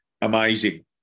amazing